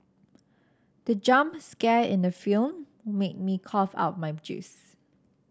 the jump scare in the film made me cough out my juice